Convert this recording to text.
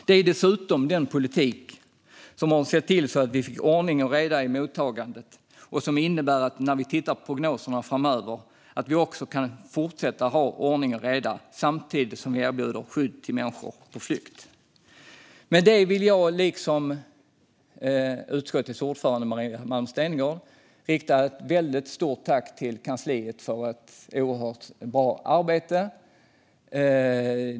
Det är dessutom den politik som har sett till att vi har fått ordning och reda i mottagandet och som innebär att vi, utifrån prognoserna, kan fortsätta att ha ordning och reda samtidigt som vi erbjuder skydd åt människor på flykt. Med det vill jag, liksom utskottets ordförande Maria Malmer Stenergard, rikta ett stort tack till kansliet för ett oerhört bra arbete.